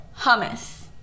hummus